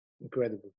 Incredible